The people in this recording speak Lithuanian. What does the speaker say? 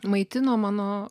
maitino mano